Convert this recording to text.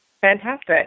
Fantastic